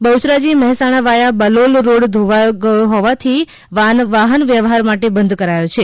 બહ્યરાજી Mehsana via Balol road ધોવાઈ ગયો હોવાથી વાહન વ્યવહાર માટે બંધ કરાયો છે